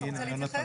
אתה רוצה להתייחס?